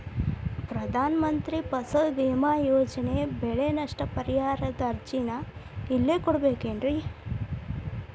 ಪ್ರಧಾನ ಮಂತ್ರಿ ಫಸಲ್ ಭೇಮಾ ಯೋಜನೆ ಬೆಳೆ ನಷ್ಟ ಪರಿಹಾರದ ಅರ್ಜಿನ ಎಲ್ಲೆ ಕೊಡ್ಬೇಕ್ರಿ?